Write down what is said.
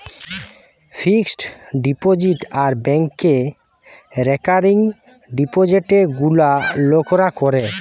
fixed deposit আর ব্যাংকে recurring ডিপোজিটে গুলা লোকরা করে